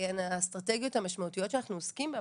האסטרטגיות המשמעותיות שאנחנו עוסקים בה,